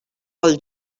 pel